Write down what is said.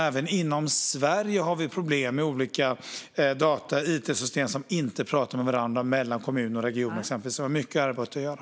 Även inom Sverige har vi problem med olika it-system som inte pratar med varandra, exempelvis mellan kommuner och regioner. Det finns mycket arbete att göra.